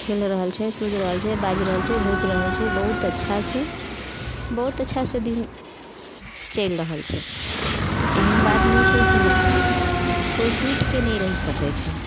खेल रहल छै कूद रहल छै बाजि रहल छै भुक रहल छै बहुत अच्छा से बहुत अच्छा से दिन चलि रहल छै एहन बात नहि छै कि नहि छै कोइ टुटिके नहि रैह सकै छै